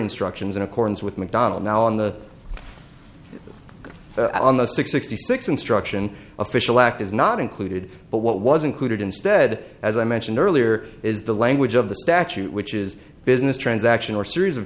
instructions in accordance with mcdonnell now on the on the sixty six instruction official act is not included but what was included instead as i mentioned earlier is the language of the statute which is a business transaction or series of